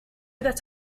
that